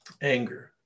anger